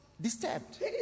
disturbed